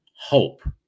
hope